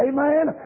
Amen